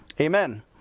amen